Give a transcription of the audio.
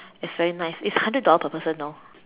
it is very nice it is hundred dollar per person you know